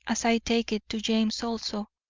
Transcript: as i take it, to james also,